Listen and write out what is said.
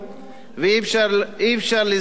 ואי-אפשר לזרות,